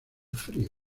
frío